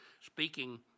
speaking